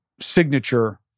signature